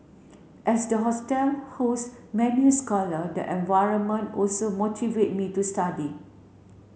as the hostel many scholar the environment also motivate me to study